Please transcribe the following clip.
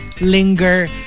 linger